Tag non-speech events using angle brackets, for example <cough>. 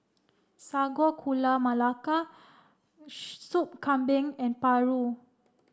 Sago Gula Melaka <unintelligible> Sup Kambing and Paru